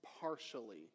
partially